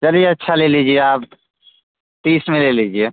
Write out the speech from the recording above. चलिए अच्छा ले लीजिए आप तीस में ले लीजिए